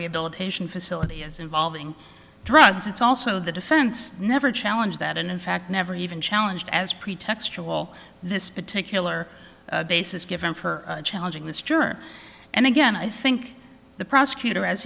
rehabilitation facility as involving drugs it's also the defense never challenge that and in fact never even challenged as pretextual this particular basis given for challenging this juror and again i think the prosecutor as